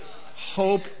Hope